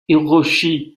hiroshi